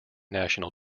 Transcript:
national